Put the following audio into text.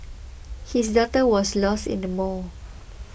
his daughter was lost in the mall